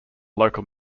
local